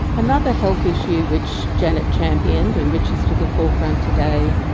another health issue which janet championed and which is to the forefront today,